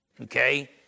Okay